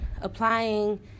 applying